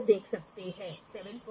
यहाँ यह केवल 25 डिग्री है